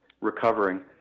recovering